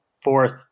fourth